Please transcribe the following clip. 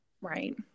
Right